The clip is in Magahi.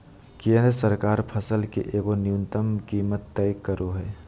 केंद्र सरकार फसल के एगो न्यूनतम कीमत तय करो हइ